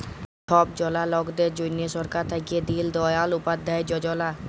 ছব জলা লকদের জ্যনহে সরকার থ্যাইকে দিল দয়াল উপাধ্যায় যজলা